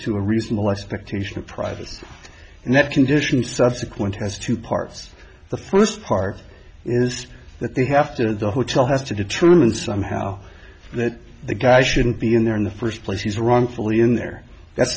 a reasonable expectation of privacy and that condition subsequent has two parts the first part is that they have to the hotel has to determine somehow that the guy shouldn't be in there in the first place he's wrongfully in there that's